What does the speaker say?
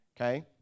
Okay